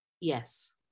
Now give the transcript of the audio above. Yes